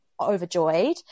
overjoyed